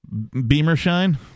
Beamershine